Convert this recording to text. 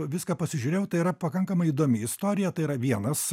viską pasižiūrėjau tai yra pakankamai įdomi istorija tai yra vienas